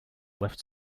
left